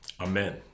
Amen